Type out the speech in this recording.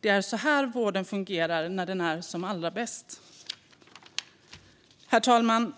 Det är så här vården fungerar när den är som allra bäst. Herr talman!